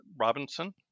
robinson